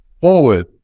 forward